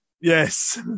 Yes